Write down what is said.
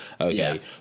Okay